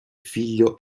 figlio